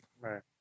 right